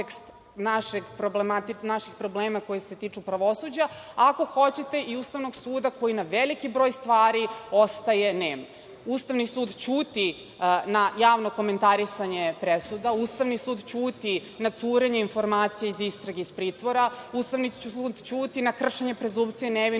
naših problema koji se tiču pravosuđa, ako hoćete, i Ustavnog suda koji na veliki broj stvari ostaje nem. Ustavni sud ćuti na javno komentarisanje presuda, Ustavni sud ćuti na curenje informacija iz istrage iz pritvora, Ustavni sud ćuti na kršenje prezumpcije nevinosti,